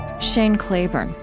shane claiborne,